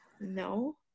no